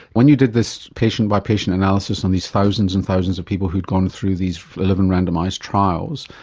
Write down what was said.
when you did this patient-by-patient analysis on these thousands and thousands of people who had gone through these eleven randomised trials,